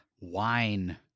Wine